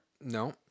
No